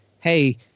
hey